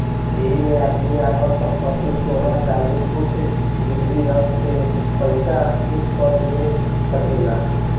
ऐइमे आदमी आपन संपत्ति, सोना चाँदी कुछु गिरवी रख के पइसा सूद पर ले सकेला